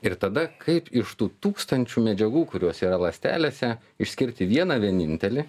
ir tada kaip iš tų tūkstančių medžiagų kurios yra ląstelėse išskirti vieną vienintelį